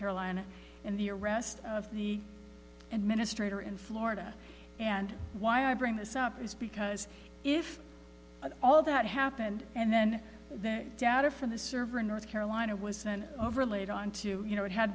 carolina and the arrest of the administrator in florida and why i bring this up is because if all that happened and then the data from the server in north carolina was then overlaid on to you know it had